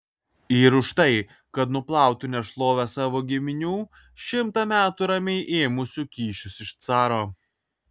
ir už tai kad nuplautų nešlovę savo giminių šimtą metų ramiai ėmusių kyšius iš caro